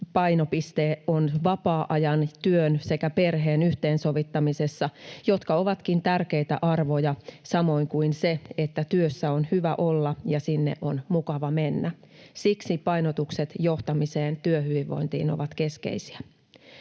painopiste on vapaa-ajan, työn sekä perheen yhteensovittamisessa, jotka ovatkin tärkeitä arvoja, samoin kuin se, että työssä on hyvä olla ja sinne on mukava mennä. Siksi painotukset johtamiseen ja työhyvinvointiin ovat keskeisiä.